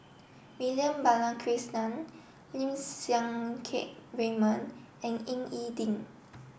Vivian Balakrishnan Lim Siang Keat Raymond and Ying E Ding